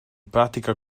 pratica